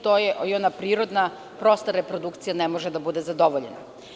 To je ono da prirodna prosta reprodukcija ne može biti zadovoljena.